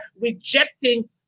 rejecting